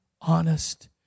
honest